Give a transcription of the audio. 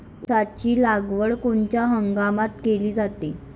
ऊसाची लागवड कोनच्या हंगामात केली जाते?